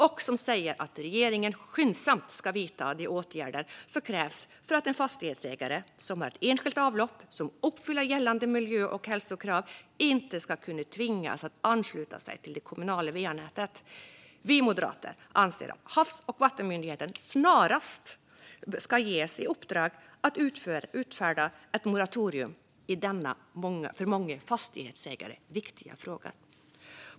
Där framgår att regeringen skyndsamt ska vidta de åtgärder som krävs för att en fastighetsägare som har ett enskilt avlopp som uppfyller gällande miljö och hälsokrav inte ska kunna tvingas att ansluta sig till det kommunala va-nätet. Vi moderater anser att Havs och vattenmyndigheten snarast ska ges i uppdrag att utfärda ett moratorium i denna för många fastighetsägare viktiga fråga.